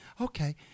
Okay